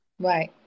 Right